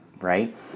right